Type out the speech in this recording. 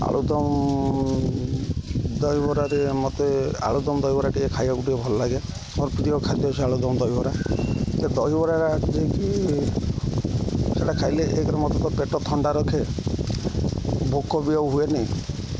ଆଳୁଦମ ଦହିବରାରେ ମୋତେ ଆଳୁଦମ ଦହିବରା ଟିକେ ଖାଇବାକୁ ଟିକେ ଭଲ ଲାଗେ ମୋର ପ୍ରିୟ ଖାଦ୍ୟ ଅଛି ଆଳୁଦମ ଦହିବରା କି ଦହିବରା ଯାଇକି ସେଟା ଖାଇଲେ ଏକରେ ମୋତେ ତ ପେଟ ଥଣ୍ଡା ରଖେ ଭୋକ ବି ଆଉ ହୁଏନି